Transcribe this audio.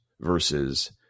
versus